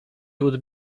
would